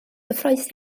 gyffrous